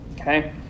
Okay